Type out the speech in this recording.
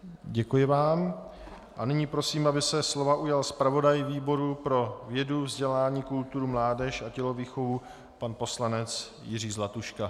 Děkuji vám a nyní prosím, aby se slova ujal zpravodaj výboru pro vědu, vzdělání, kulturu, mládež a tělovýchovu pan poslanec Jiří Zlatuška.